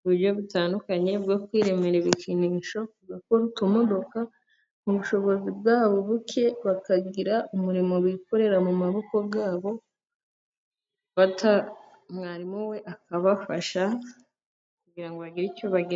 uburyo butandukanye bwo kwiremera ibikinisho, bakora utumodoka mu bushobozi bwa bo buke, bakagira umurimo bikorera mu maboko ya bo bata, mwarimu we akabafasha, kugira ngo bagire icyo bageraho